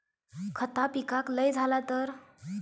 खता पिकाक लय झाला तर?